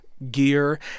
Gear